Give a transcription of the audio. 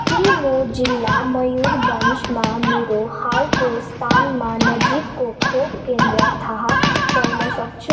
के म जिल्ला मयुरभञ्जमा मेरो हालको स्थानमा नजिकको खोप केन्द्र थाहा पाउन सक्छु